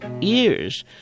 years